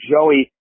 Joey